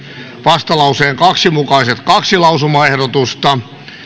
vastalauseen kaksi mukaiset kaksi lausumaehdotusta